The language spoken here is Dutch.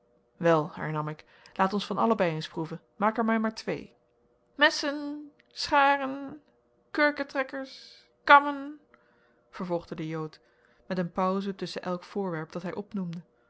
wel hernam ik laat ons van allebei eens proeven maak er mij maar twee messen scharen khurkhetrekkers khammen vervolgde de jood met een pause tusschen elk voorwerp dat hij opnoemde